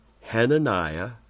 Hananiah